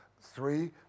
three